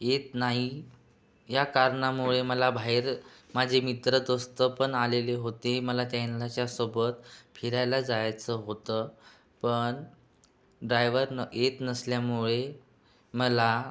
येत नाही या कारणामुळे मला बाहेर माझे मित्र दोस्त पण आलेले होते मला त्यांच्यासोबत फिरायला जायचं होतं पण डायवर न येत नसल्यामुळे मला